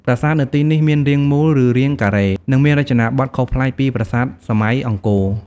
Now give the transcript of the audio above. ប្រាសាទនៅទីនេះមានរាងមូល ឬរាងការ៉េ និងមានរចនាបថខុសប្លែកពីប្រាសាទសម័យអង្គរ។